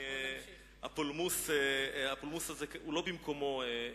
הפולמוס הזה לא במקומו.